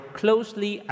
closely